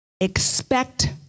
Expect